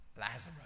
Lazarus